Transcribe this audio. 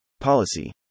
policy